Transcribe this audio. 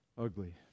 ugly